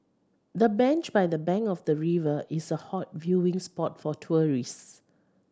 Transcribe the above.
the bench by the bank of the river is a hot viewing spot for tourist